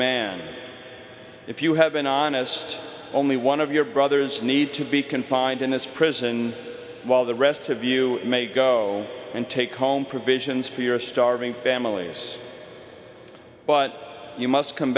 man if you have been honest only one of your brothers need to be confined in this prison while the rest of you may go and take home provisions for your starving families but you must come